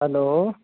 hello